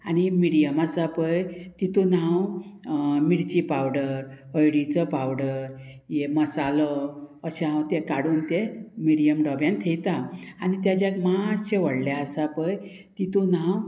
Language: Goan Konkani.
आनी मिडियम आसा पय तितून हांव मिरची पावडर हयडीचो पावडर हे मसालो अशें हांव तें काडून ते मिडियम डोब्यान थेयता आनी तेज्याक मातशें व्हडलें आसा पय तितून हांव